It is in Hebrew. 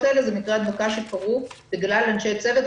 האלה הם מקרי הדבקה שקרו בגלל אנשי צוות,